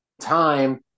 time